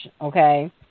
okay